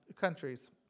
countries